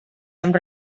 amb